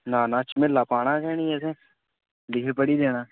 ना ना झमेल्ला पाना गै नेईं असें लिखी पढ़ी देना